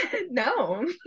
no